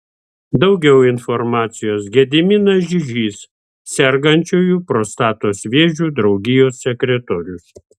daugiau informacijos gediminas žižys sergančiųjų prostatos vėžiu draugijos sekretorius